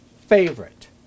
favorite